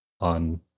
on